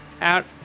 out